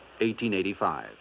1885